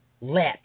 let